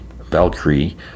Valkyrie